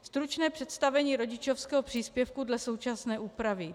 Stručné představení rodičovského příspěvku dle současné úpravy.